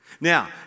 Now